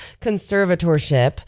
conservatorship